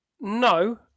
No